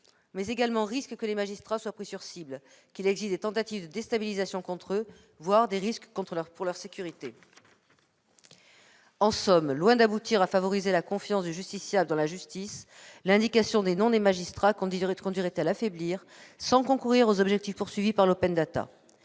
mais également un risque que les magistrats soient pris pour cibles, qu'il existe des tentatives de déstabilisation contre eux, voire d'atteinte à leur sécurité. « En somme, loin d'aboutir à favoriser la confiance du justiciable dans la justice, l'indication des noms des magistrats conduirait à l'affaiblir, sans concourir aux objectifs poursuivis par l'» Nous